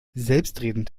selbstredend